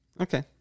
Okay